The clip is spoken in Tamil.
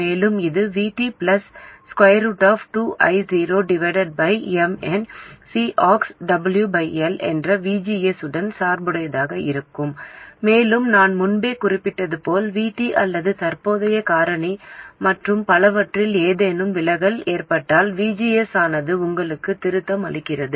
மேலும் இது VT 2I0nCox என்ற VGS உடன் சார்புடையதாக இருக்கும் மேலும் நான் முன்பே குறிப்பிட்டது போல் VT அல்லது தற்போதைய காரணி மற்றும் பலவற்றில் ஏதேனும் விலகல் ஏற்பட்டால் VGS ஆனது உங்களுக்குத் திருத்தம் அளிக்கிறது